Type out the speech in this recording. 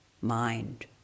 mind